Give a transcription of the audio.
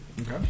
Okay